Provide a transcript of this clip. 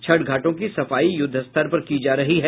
छठ घाटों की सफाई युद्धस्तर पर की जा रही है